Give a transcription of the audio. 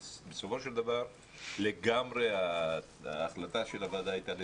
בסופו של דבר ההחלטה של הוועדה הייתה לגמרי